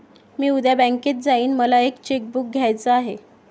मी उद्या बँकेत जाईन मला एक चेक बुक घ्यायच आहे